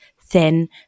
thin